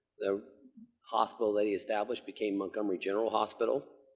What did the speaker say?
the hospital they established became montgomery general hospital,